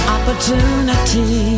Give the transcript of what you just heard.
Opportunity